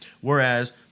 Whereas